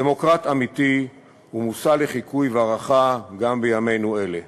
דמוקרט אמיתי ומושא לחיקוי והערכה גם בימינו אלה.